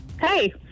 Hey